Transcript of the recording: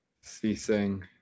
ceasing